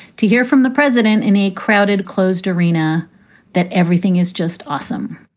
to hear from the president in a crowded, closed arena that everything is just awesome.